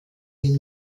den